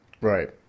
right